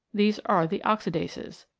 these are the oxidases.